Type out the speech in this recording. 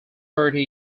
thirty